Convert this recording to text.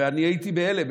ואני הייתי בהלם.